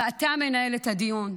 ואתה מנהל את הדיון.